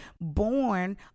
born